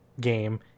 game